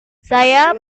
saya